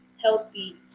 healthy